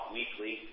weekly